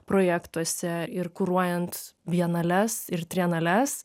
projektuose ir kuruojant bienales ir trienales